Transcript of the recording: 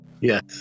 Yes